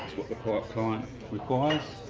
what the client requires.